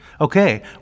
Okay